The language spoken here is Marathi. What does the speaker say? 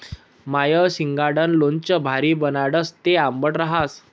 माय शिंगाडानं लोणचं भारी बनाडस, ते आंबट रहास